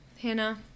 Hannah